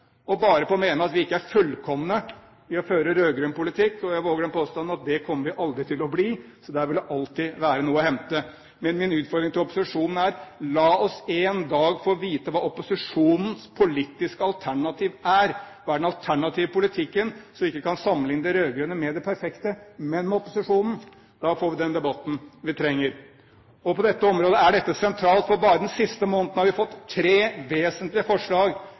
og bare på å mene at vi ikke er fullkomne til å føre rød-grønn politikk, og jeg våger den påstand at det kommer vi aldri til å bli. Så der vil det alltid være noe å hente. Men min utfordring til opposisjonen er: La oss en dag få vite hva opposisjonens politiske alternativ er, hva som er den alternative politikken, så vi ikke kan sammenligne det rød-grønne med det perfekte, men med opposisjonen. Da får vi den debatten vi trenger. Og på dette området er det sentralt, for bare den siste måneden har vi fått tre vesentlige forslag